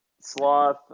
Sloth